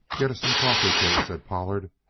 get us some coffee, kate, said pollard.